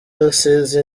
rusizi